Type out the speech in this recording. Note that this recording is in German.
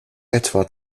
etwa